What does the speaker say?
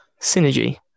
Synergy